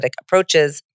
approaches